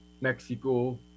Mexico